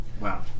Wow